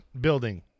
building